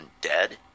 dead